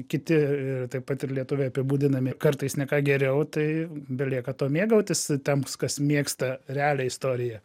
kiti taip pat ir lietuviai apibūdinami kartais ne ką geriau tai belieka tuo mėgautis tams kas mėgsta realią istoriją